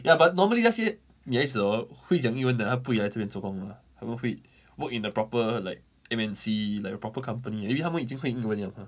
ya but normally 那些女孩子 hor 会讲英文的她不会来这边做工的 mah 她们会 work in a proper like M_N_C like a proper company maybe 她们已经会英文 liao mah